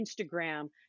Instagram